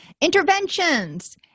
Interventions